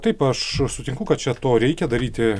taip aš sutinku kad čia to reikia daryti